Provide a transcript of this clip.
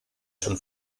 schon